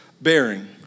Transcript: bearing